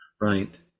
right